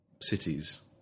cities